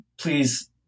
please